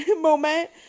moment